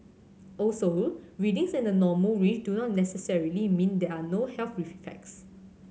also readings in the normal range do not necessarily mean there are no health effects